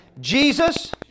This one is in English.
Jesus